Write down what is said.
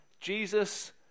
Jesus